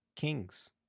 Kings